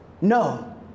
No